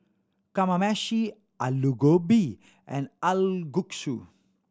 Kamameshi Alu Gobi and Kalguksu